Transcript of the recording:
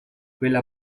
quella